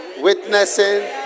witnessing